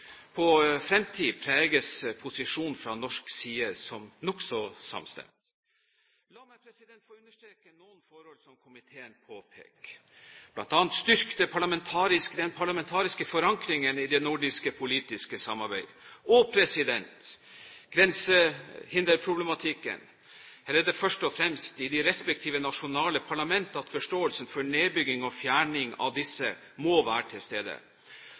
på fremtid, er posisjonen fra norsk side nokså samstemt. La meg få understreke noen forhold som komiteen påpeker, bl.a. å styrke den parlamentariske forankringen i det nordiske politiske samarbeidet, og når det gjelder grensehinderproblematikken, er det først og fremst i de respektive nasjonale parlament at forståelsen for nedbygging og fjerning av disse må være til stede.